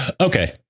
Okay